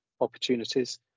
opportunities